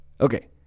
Okay